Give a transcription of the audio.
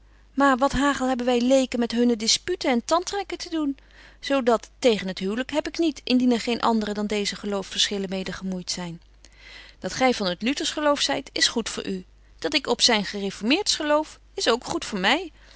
maar wat hagel hebben wy leken met hunne disputen en tandtrekken te doen zo dat tegen het huwlyk heb ik niet indien er geen andre dan deeze geloofsverschillen mede gemoeit zyn dat gy van t luters geloof zyt is goed voor u dat ik op zyn gereformeerts geloof is ook goed voor my